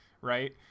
right